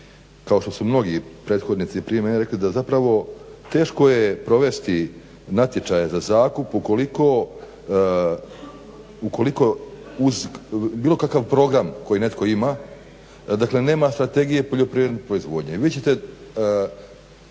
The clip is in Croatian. kao što su mnogi prethodnici prije mene rekli da zapravo teško je provesti natječaje za zakup ukoliko uz bilo kakav program koji netko ima, dakle nema strategije poljoprivredne proizvodnje.